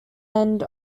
end